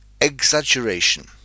exaggeration